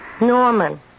Norman